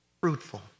fruitful